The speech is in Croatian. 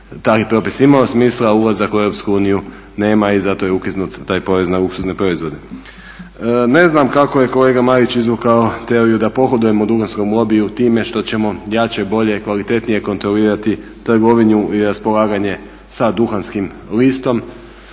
taj propis imao smisla, ulazak u Europsku uniju nema i zato je ukinut taj porez na luksuzne proizvode. Ne znam kako je kolega Marić izvukao teoriju da pogodujemo duhanskom lobiju time što ćemo jače, bolje, kvalitetnije kontrolirati trgovinu i raspolaganje sa duhanskim listom